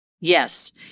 Yes